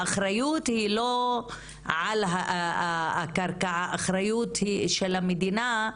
האחריות היא לא על הקרקע, האחריות של המדינה,